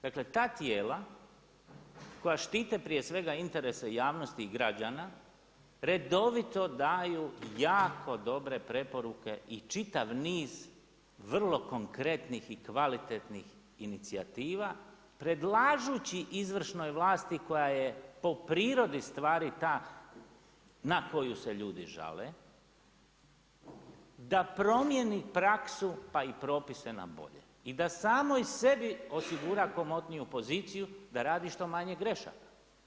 Dakle ta tijela koja štite prije svega interese javnosti i građana, redovito daju jako dobre preporuke i čitav niz vrlo konkretnih i kvalitetnih inicijativa predlažući izvršnoj vlasti koja je po prirodi stvari ta na koju se ljudi žale da promjeni praksu pa i propise na bolje i da samoj sebi osigura komotniju poziciju da radi što manje grešaka.